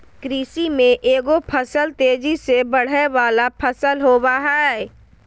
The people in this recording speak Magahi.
कृषि में एगो फसल तेजी से बढ़य वला फसल होबय हइ